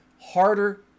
harder